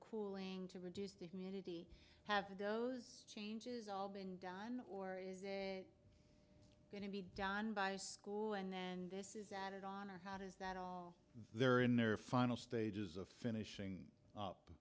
cooling to reduce the community have those changes all being done or is it going to be done by a school and then this is added on or how does that all their in their final stages of finishing up